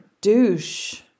douche